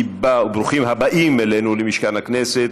וברוכים הבאים אלינו, למשכן הכנסת,